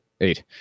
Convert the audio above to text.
eight